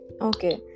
Okay